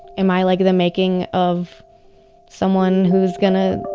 am i like the making of someone who's going to